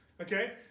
Okay